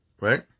right